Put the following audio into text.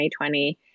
2020